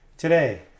Today